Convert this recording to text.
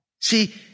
See